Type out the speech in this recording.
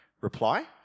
reply